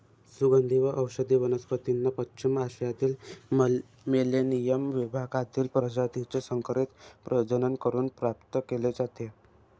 सुगंधी व औषधी वनस्पतींना पश्चिम आशियातील मेलेनियम विभागातील प्रजातीचे संकरित प्रजनन करून प्राप्त केले जाते